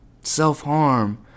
Self-harm